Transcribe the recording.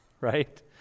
right